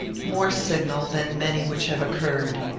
more signal than many which have occurred.